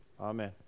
amen